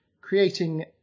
creating